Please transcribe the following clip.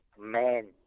man